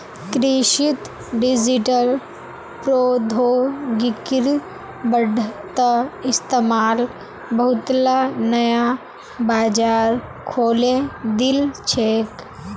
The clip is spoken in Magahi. कृषित डिजिटल प्रौद्योगिकिर बढ़ त इस्तमाल बहुतला नया बाजार खोले दिल छेक